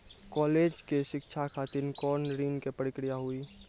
College के शिक्षा खातिर कौन ऋण के प्रक्रिया हुई?